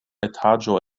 etaĝo